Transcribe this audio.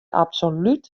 absolút